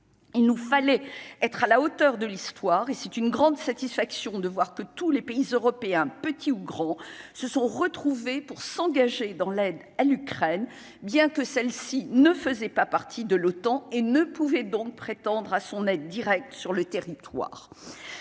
il nous fallait être à la hauteur de l'histoire et c'est une grande satisfaction de voir que tous les pays européens, petits ou gros, se sont retrouvés pour s'engager dans l'aide à l'Ukraine, bien que celle-ci ne faisait pas partie de l'OTAN et ne pouvait donc prétendre à son aide directe sur le territoire,